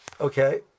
Okay